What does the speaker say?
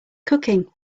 cooking